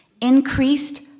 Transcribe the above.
increased